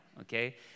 okay